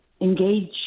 engage